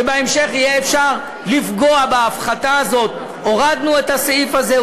שבהמשך יהיה אפשר לפגוע בהפחתה הזאת והורדנו את הסעיף הזה,